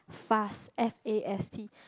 fast f_a_s_t